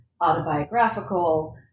autobiographical